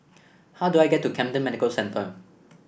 how do I get to Camden Medical Centre